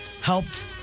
helped